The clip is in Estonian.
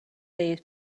ees